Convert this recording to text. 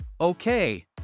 Okay